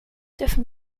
dürfen